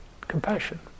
compassion